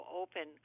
open